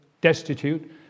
destitute